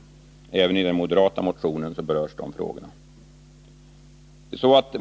Den frågan berörs även i den moderata motionen.